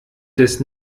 des